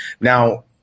now